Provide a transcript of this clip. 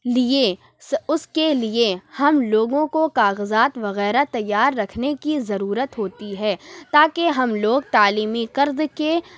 لیے اس کے لیے ہم لوگوں کو کاغذات وغیرہ تیار رکھنے کی ضرورت ہوتی ہے تا کہ ہم لوگ تعلیمی قرض کے